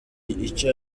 icyo